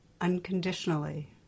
unconditionally